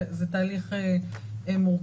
זה תהליך מורכב,